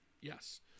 Yes